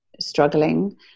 struggling